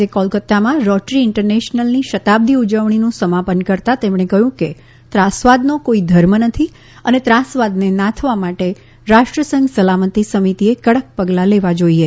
આજે કોલકત્તામાં રોટરી ઇન્ટરનેશનલની શતાબ્દી ઉજવણીનું સમાપન કરતાં તેમણે કહ્યું કે ત્રાસવાદનો કોઇ ધર્મ નથી અને ત્રાસવાદને નાથવા માટે રાષ્ટ્રસંઘ સલામતી સમિતિએ કડક પગલાં લાેવ જોઇએ